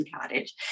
cottage